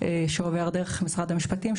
שעובר דרך משרד המשפטים,